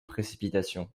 précipitations